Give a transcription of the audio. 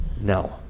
No